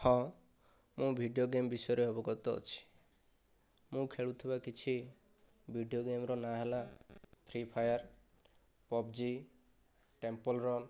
ହଁ ମୁଁ video game ବିଷୟରେ ଅବଗତ ଅଛି ମୁଁ ଖେଳୁଥିବା କିଛି ଭିଡ଼ିଓ ଗେମର ନାଁ ହେଲା free fire PUBG temple run